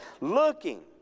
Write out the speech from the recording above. Looking